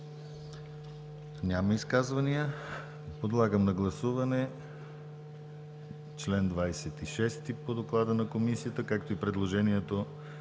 Няма. Подлагам на гласуване чл. 26 по доклада на Комисията, както и предложението